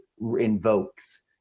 invokes